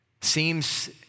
seems